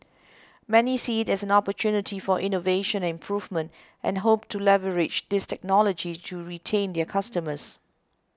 many see it as an opportunity for innovation and improvement and hope to leverage this technology to retain their customers